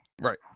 Right